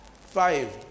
five